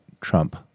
Trump